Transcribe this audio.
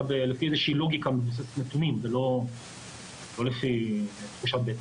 לפי איזושהי לוגיקה מבוססת נותנים ולא לפי תחושת בטן.